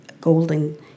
golden